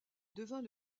devint